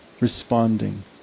responding